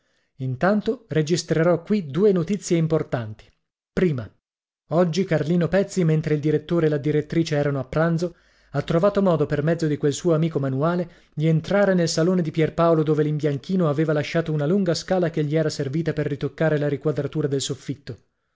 intanto registrerò qui due notizie importanti prima oggi carlino pezzi mentre il direttore e la direttrice erano a pranzo ha trovato modo per mezzo di quel suo amico manuale di entrare nel salone di pierpaolo dove l'imbianchino aveva lasciato una lunga scala che gli era servita per ritoccare la riquadratura del soffitto